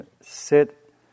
sit